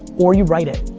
or you write it,